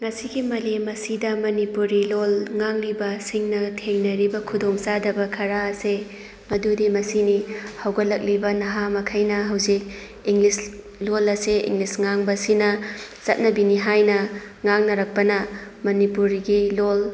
ꯉꯁꯤꯒꯤ ꯃꯥꯂꯦꯝ ꯑꯁꯤꯗ ꯃꯅꯤꯄꯨꯔꯤ ꯂꯣꯜ ꯉꯥꯡꯂꯤꯕ ꯁꯤꯡꯅ ꯊꯦꯡꯅꯔꯤꯕ ꯈꯨꯗꯣꯡ ꯆꯥꯗꯕ ꯈꯔ ꯑꯁꯦ ꯃꯗꯨꯗꯤ ꯃꯁꯤꯅꯤ ꯍꯧꯒꯠꯂꯛꯂꯤꯕ ꯅꯍꯥ ꯃꯈꯩꯅ ꯍꯧꯖꯤꯛ ꯏꯪꯂꯤꯁ ꯂꯣꯜ ꯑꯁꯦ ꯏꯪꯂꯤꯁ ꯉꯥꯡꯕꯁꯤꯅ ꯆꯠꯅꯕꯤꯅꯤ ꯍꯥꯏꯅ ꯉꯥꯡꯅꯔꯛꯄꯅ ꯃꯅꯤꯄꯨꯔꯤꯒꯤ ꯂꯣꯜ